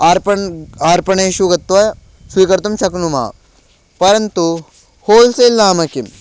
आपणं आपणेषु गत्वा स्वीकर्तुं शक्नुमः परन्तु होल्सेल् नाम किम्